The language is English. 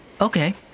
Okay